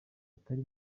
atari